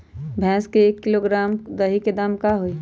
भैस के एक किलोग्राम दही के दाम का होई?